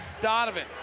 Donovan